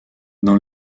dans